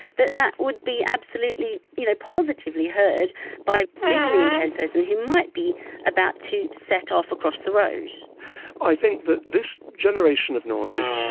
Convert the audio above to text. that that would be absolutely you know positively heard by a visually impaired person who might be about to set off across the road i think that this generation of noise,